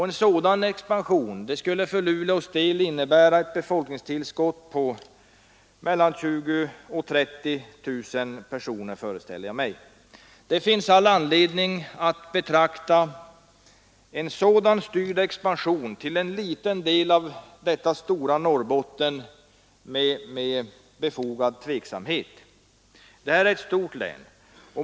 En sådan expansion skulle för Luleås del innebära ett befolkningstillskott på mellan 20 000 och 30 000 personer. Det finns all anledning att betrakta en sådan styrd expansion till en liten del av det stora Norrbotten med tveksamhet.